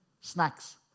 Snacks